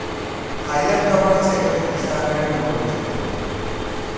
হাইলাম টপার হচ্ছে এক রকমের বিশাল আকারের মোটর যন্ত্র